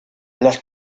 las